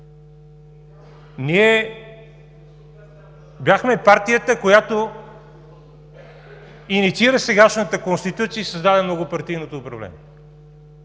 Ние бяхме партията, която инициира сегашната Конституция и създаде многопартийното управление.